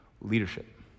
Leadership